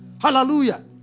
Hallelujah